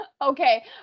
Okay